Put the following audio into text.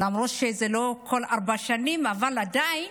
למרות שזה לא כל ארבע שנים, אבל עדיין